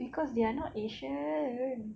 cause they are not asian